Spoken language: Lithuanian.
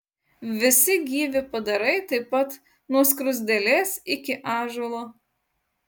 visi gyvi padarai taip pat nuo skruzdėlės iki ąžuolo